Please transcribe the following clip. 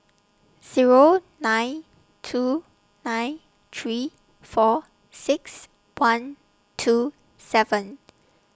Zero nine two nine three four six one two seven